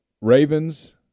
Ravens